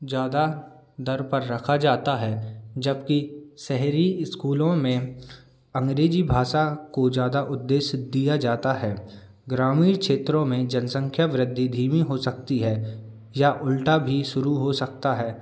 ज़्यादा दर पर रखा जाता है जबकि शहरी स्कूलों में अंग्रेजी भाषा को ज़्यादा उद्देश्य दिया जाता है ग्रामीण क्षेत्रों में जनसंख्या वृद्धि धीमी हो सकती है या उल्टा भी शुरू हो सकता है